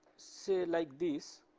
say like this,